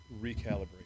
recalibrate